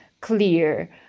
clear